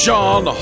John